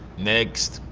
next.